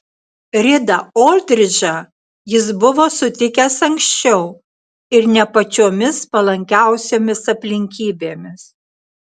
ridą oldridžą jis buvo sutikęs anksčiau ir ne pačiomis palankiausiomis aplinkybėmis